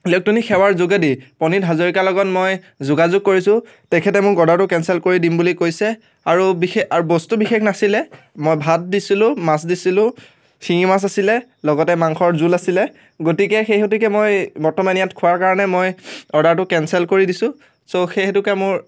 electronic সেৱাৰ যোগেদি প্ৰনিধ হাজৰিকাৰ লগত মই যোগাযোগ কৰিছোঁ তেখেতে মোক অৰ্ডাৰটো কেনচেল কৰি দিম বুলি কৈছে আৰু বিশেষ আৰু বস্তু বিশেষ নাছিলে মই ভাত দিছিলোঁ মাছ দিছিলোঁ শিঙি মাছ আছিলে লগতে মাংসৰ জোল আছিলে গতিকে সেই হেতুকে মই বৰ্তমান ইয়াত খোৱাৰ কাৰণে মই অৰ্ডাৰটো কেনচেল কৰি দিছোঁ চ' সেই হেতুকে মোৰ